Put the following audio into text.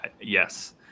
yes